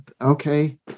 okay